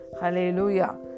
Hallelujah